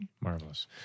Marvelous